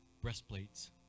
breastplates